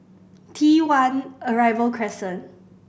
T One Arrival Crescent